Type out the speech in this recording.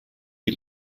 die